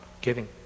giving